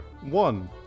One